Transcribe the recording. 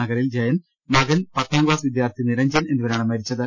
നഗറിൽ ജയൻ മകൻ പത്താം ക്ലാസ്സ് വിദ്യാർത്ഥി നിരഞ്ജൻ എന്നിവരാണ് മരിച്ചത്